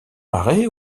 marais